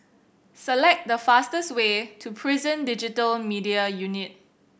select the fastest way to Prison Digital Media Unit